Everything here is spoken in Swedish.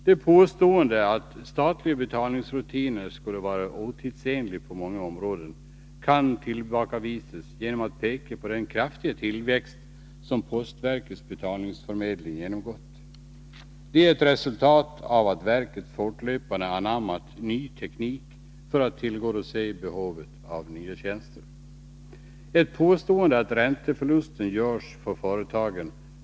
Det har påståtts att statliga betalningsrutiner skulle vara otidsenliga på många områden, men det kan tillbakavisas. Det är bara att peka på den kraftiga tillväxt som postverkets betalningsförmedling genomgått. Det är ett resultat av att verket fortlöpande anammat ny teknik för att tillgodose behovet av nya tjänster. Dessutom har det påståtts att ränteförluster görs för företagen.